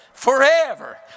forever